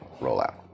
rollout